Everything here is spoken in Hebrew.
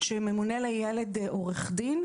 שממונה לילד עורך דין.